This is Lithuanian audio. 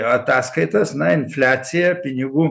ataskaitas na infliacija pinigų